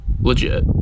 legit